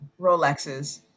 Rolexes